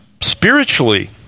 spiritually